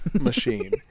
machine